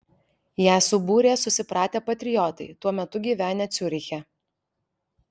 ją subūrė susipratę patriotai tuo metu gyvenę ciuriche